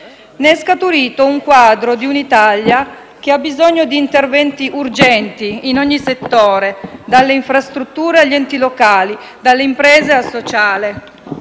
Ne è scaturito il quadro di un'Italia che ha bisogno di interventi urgenti in ogni settore, dalle infrastrutture agli enti locali, dalle imprese al sociale.